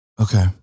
Okay